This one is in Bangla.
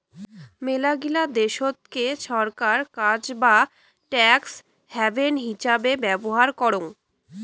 মেলাগিলা দেশতকে ছরকার কাজা বা ট্যাক্স হ্যাভেন হিচাবে ব্যবহার করং